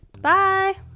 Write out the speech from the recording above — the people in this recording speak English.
Bye